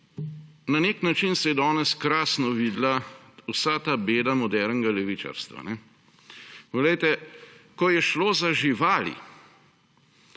Na nek način se je danes krasno videla vsa ta beda modernega levičarstva. Poglejte, ko je šlo za živali,